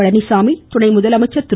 பழனிசாமி துணை முதலமைச்சர் திரு